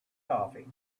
coffee